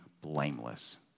blameless